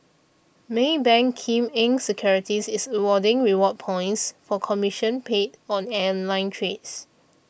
Maybank Kim Eng Securities is awarding reward points for commission paid on online trades